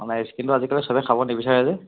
নাই স্কিনটো আজিকাল সবে খাব নিবিচাৰে যে